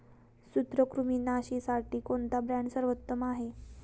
सूत्रकृमिनाशीसाठी कोणता ब्रँड सर्वोत्तम आहे?